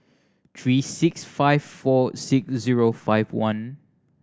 three six five four six zero five one